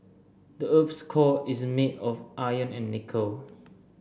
the earth's core is made of iron and nickel